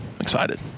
excited